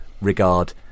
regard